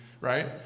right